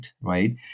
right